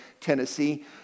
Tennessee